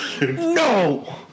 No